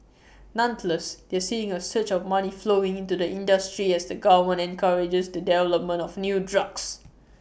nonetheless they're seeing A surge of money flowing into the industry as the government encourages the development of new drugs